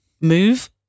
move